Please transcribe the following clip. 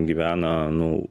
gyvena nu